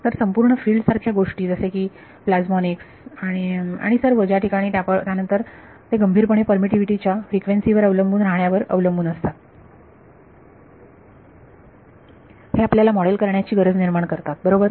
तर संपूर्ण फिल्ड सारख्या गोष्टी जसे की प्लाजमॉनिक्स आणि आणि सर्व ज्या ठिकाणी त्यानंतर ते गंभीरपणे परमिटीव्हीटी च्या फ्रिक्वेन्सी वर अवलंबून राहण्यावर अवलंबून असतात हे आपल्याला मॉडेल करण्याची गरज निर्माण करतात बरोबर